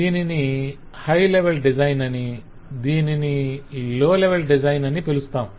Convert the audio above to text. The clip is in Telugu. దీనిని HLD హై లెవెల్ డిజైన్ అని దీనిని లో లెవెల్ డిజైన్ అని పిలుస్తాం